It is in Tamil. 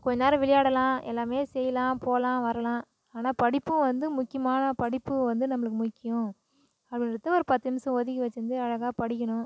கொஞ்சம் நேரம் விளையாடலாம் எல்லாமே செய்யலாம் போகலாம் வரலாம் ஆனால் படிப்பு வந்து முக்கியமான படிப்பு வந்து நம்மளுக்கு முக்கியம் அப்படின்றது ஒரு பத்து நிமிஷம் ஒதுக்கி வெச்சிருந்து அழகாக படிக்கணும்